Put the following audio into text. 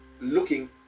looking